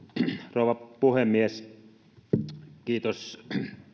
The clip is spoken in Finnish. rouva puhemies kiitos